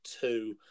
two